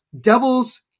Devils